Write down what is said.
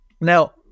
now